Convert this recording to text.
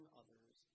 others